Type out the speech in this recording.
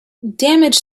damage